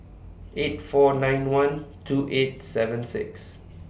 eight four nine one two eight seven six